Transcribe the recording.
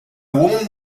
woman